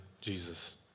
Jesus